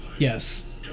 Yes